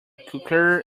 cooker